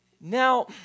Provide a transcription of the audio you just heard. Now